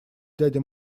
дядя